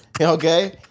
Okay